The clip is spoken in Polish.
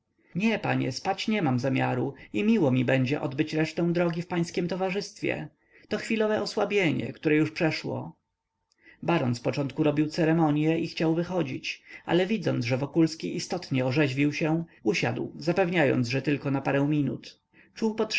nie panie spać nie mam zamiaru i miło mi będzie odbyć resztę drogi w pańskiem towarzystwie to chwilowe osłabienie które już przeszło baron zpoczątku robił ceremonie i chciał wychodzić ale widząc że wokulski istotnie orzeźwił się usiadł zapewniając że tylko na parę minut